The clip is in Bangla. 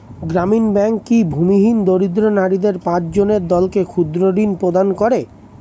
গ্রামীণ ব্যাংক কি ভূমিহীন দরিদ্র নারীদের পাঁচজনের দলকে ক্ষুদ্রঋণ প্রদান করে?